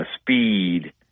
speed